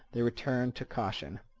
they returned to caution.